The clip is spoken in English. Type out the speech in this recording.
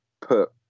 put